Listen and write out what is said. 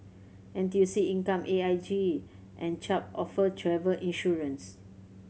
N T U C Income A I G and Chubb offer travel insurance